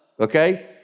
Okay